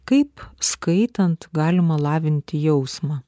kaip skaitant galima lavinti jausmą